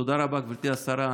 תודה רבה, גברתי השרה.